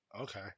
Okay